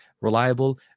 reliable